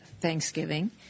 Thanksgiving